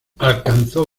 alcanzó